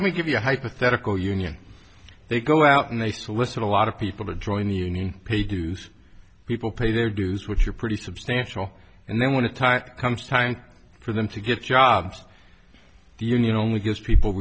let me give you a hypothetical union they go out and they solicit a lot of people to join the union pay dues people pay their dues which are pretty substantial and they want to tack comes time for them to get jobs the union only gives people